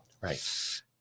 right